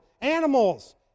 animals